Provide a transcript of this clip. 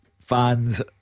Fans